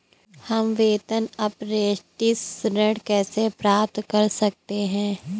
हम वेतन अपरेंटिस ऋण कैसे प्राप्त कर सकते हैं?